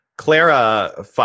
Clara